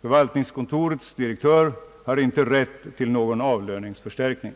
Förvaltningskontorets direktör har inte rätt till någon avlöningsförstärkning.